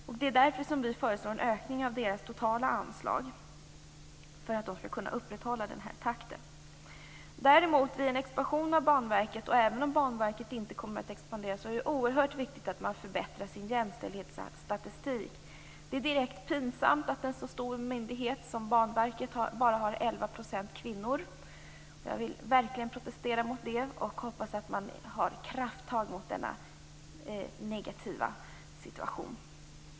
Vi föreslår därför en ökning av Banverkets totala anslag för att det skall kunna hålla takten uppe. Både vid en expansion av Banverket och för det fall att en sådan inte sker är det oerhört viktigt att man där förbättrar sin jämställdhetsstatistik. Det är rent pinsamt att en så stor myndighet som Banverket bara har 11 % kvinnor. Jag vill verkligen protestera mot det och hoppas att man tar krafttag mot denna negativa situation.